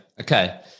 okay